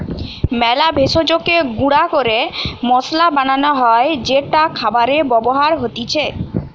মেলা ভেষজকে গুঁড়া ক্যরে মসলা বানান হ্যয় যেটা খাবারে ব্যবহার হতিছে